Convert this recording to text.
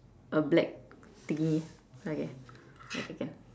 a black thingy okay okay can